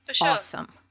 awesome